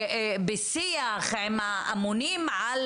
בשיח עם האמונים על